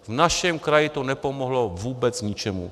V našem kraji to nepomohlo vůbec ničemu.